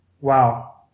wow